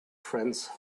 friends